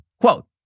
Quote